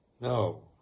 No